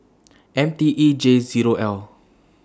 M T E J Zero L